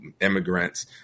immigrants